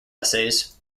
essays